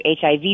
hiv